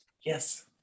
yes